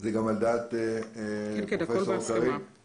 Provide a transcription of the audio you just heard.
זה גם על דעת פרופסור קרין נהון?